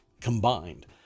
combined